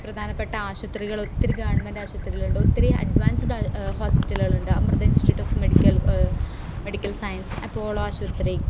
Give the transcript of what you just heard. പ്രധാനപ്പെട്ട ആശുപത്രികളൊത്തിരി ഗവൺമെൻറ്റ് ആശുപത്രികളുണ്ട് ഒത്തിരി അഡ്വാൻസ്ഡ് ഹോസ്പിറ്റലുകളുണ്ട് Amrita institute of medical science Apollo ആശുപത്രി